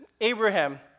Abraham